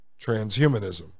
Transhumanism